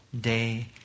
day